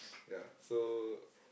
ya so